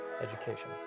education